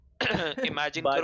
Imagine